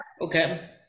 Okay